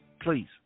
Please